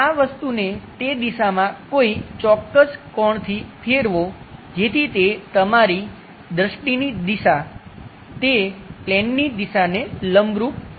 આ વસ્તુને તે દિશામાં કોઈ ચોક્કસ કોણથી ફેરવો જેથી તે તમારી દૃષ્ટિની દિશા તે પ્લેનની દિશાને લંબરૂપ હોય